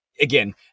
again